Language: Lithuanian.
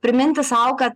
priminti sau kad